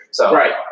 Right